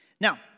Now